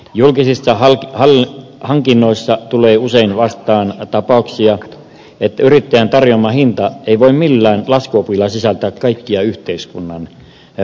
julkisissa hankinnoissa tulee usein vastaan tapauksia joissa yrittäjän tarjoama hinta ei voi millään laskuopilla sisältää kaikkia yhteiskunnan velvoitteita